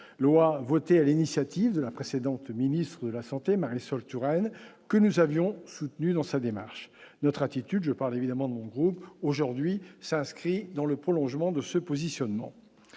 loi votée à l'initiative de la précédente ministre de la Santé, Marisol Touraine, que nous avions soutenue dans sa démarche, notre attitude, je parle évidemment de mon groupe aujourd'hui s'inscrit dans le prolongement de ce positionnement,